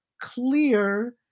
clear